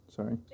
Sorry